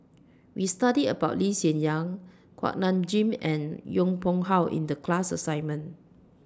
We studied about Lee Hsien Yang Kuak Nam Jin and Yong Pung How in The class assignment